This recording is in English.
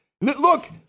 Look